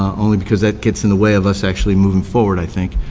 only because that gets in the way of us actually moving forward i think.